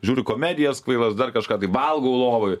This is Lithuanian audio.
žiūriu komedijas kvailas dar kažką tai valgau lovoj